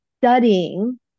studying